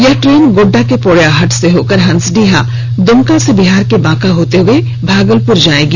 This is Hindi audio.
यह ट्रेन गोड्डा के पोड़ैयाहाट से होकर हंसडीहा द्रमका से बिहार के बांका होते हुए भागलपुर जाएगी